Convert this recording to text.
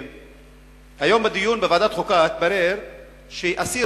שהיום בדיון בוועדת החוקה התברר שאסיר